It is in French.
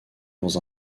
dans